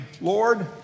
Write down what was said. Lord